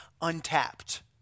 untapped